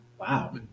wow